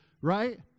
Right